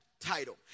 title